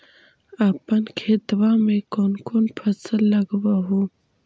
अपन खेतबा मे कौन कौन फसल लगबा हू?